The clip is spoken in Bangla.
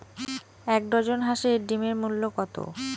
এক ডজন হাঁসের ডিমের মূল্য কত?